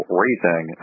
raising